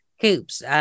coops